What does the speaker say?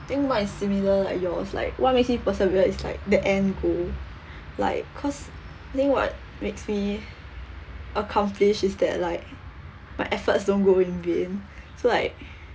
I think mine is similar like yours like what makes me persevere is like that end goal like cause think what makes me accomplished is that like my efforts don't go in vain so like